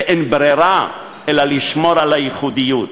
ואין ברירה אלא לשמור על הייחודיות.